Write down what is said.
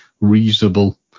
reasonable